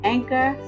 Anchor